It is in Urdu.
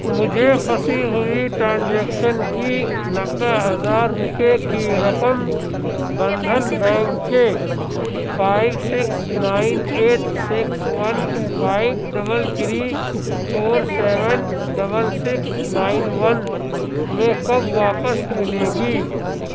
مجھے پھنسی ہوئی ٹرانزیکشن کی نوّے ہزار روپے کی رقم بندھن بینک کے five six nine eight six one five double three four seven double six nine one میں کب واپس ملے گی